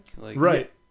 Right